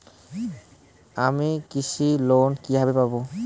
আমি কৃষি লোন কিভাবে পাবো?